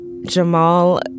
Jamal